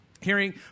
Hearing